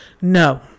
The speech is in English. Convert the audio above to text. No